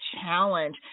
challenge